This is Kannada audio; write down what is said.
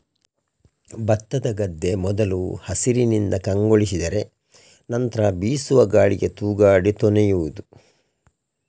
ಭತ್ತದ ಗದ್ದೆ ಮೊದಲು ಹಸಿರಿನಿಂದ ಕಂಗೊಳಿಸಿದರೆ ನಂತ್ರ ಬೀಸುವ ಗಾಳಿಗೆ ತೂಗಾಡಿ ತೊನೆಯುವುದು